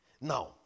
Now